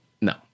no